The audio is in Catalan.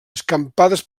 escampades